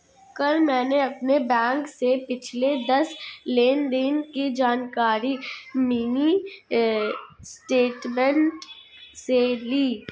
कल मैंने अपने बैंक से पिछले दस लेनदेन की जानकारी मिनी स्टेटमेंट से ली